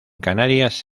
canarias